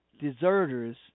deserters